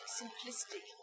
simplistic